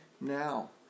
now